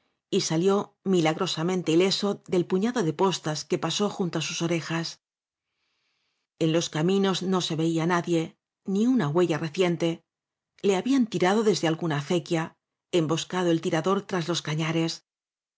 y salió milagrosamente ileso del puñado de postas que pasó junto á sus orejas en los caminos no se veía á nadie ni una huella reciente le habían tirado desde alguna acequia emboscado el tirador tras los cañares